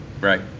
right